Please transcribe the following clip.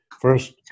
First